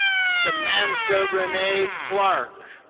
samantha renee clark.